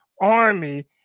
army